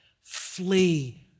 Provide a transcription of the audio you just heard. Flee